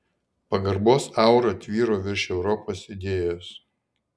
pagarbos aura tvyro virš europos idėjos